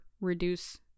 reduce